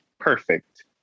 perfect